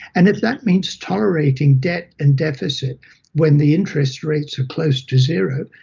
and if that means tolerating debt and deficit when the interest rates are close to zero,